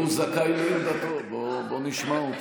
יש שלוש רשויות, אני רוצה להזכיר להם שוב ושוב.